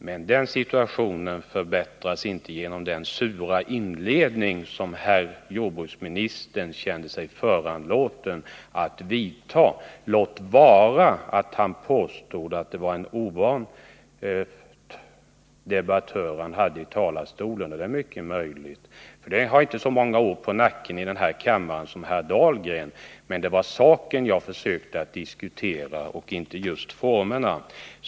Men den situationen förbättras inte genom den sura inledning som herr jordbruksministern kände sig föranlåten att komma med, låt vara att han påpekade att det var en ovan debattör i talarstolen. Det är mycket möjligt, jag har inte så många år på nacken i denna kammare som herr Dahlgren. Men det var saken jag försökte diskutera och inte formerna.